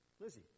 Lizzie